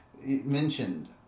mentioned